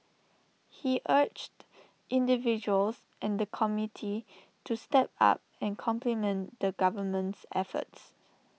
he urged individuals and the community to step up and complement the government's efforts